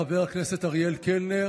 חבר הכנסת אריאל קלנר,